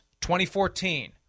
2014